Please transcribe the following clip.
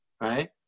right